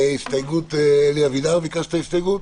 אלי אבידר ביקש הסתייגות.